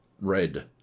red